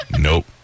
Nope